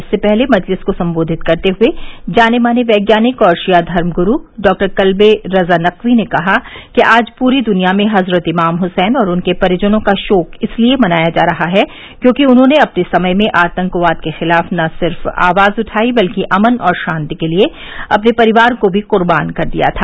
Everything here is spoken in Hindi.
इससे पहले मजलिस को सम्बोधित करते हुये जाने माने वैज्ञानिक और शिया धर्मगुरू डॉ कल्बे रज़ा नकवी ने कहा कि आज पूरी दुनिया में हज़रत इमाम हुसैन और उनके परिजनों का शोक इसलिये मनाया जा रहा है क्योंकि उन्होंने अपने समय में आतंकवाद के खिलाफ न सिर्फ आवाज उठाई बल्कि अमन और शांति के लिये अपने परिवार को भी कुर्बान कर दिया था